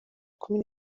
kumi